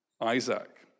Isaac